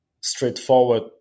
straightforward